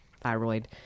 thyroid